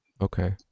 Okay